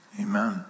Amen